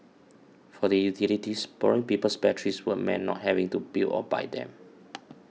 for the utilities borrowing people's batteries would meant not having to build or buy them